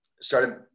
started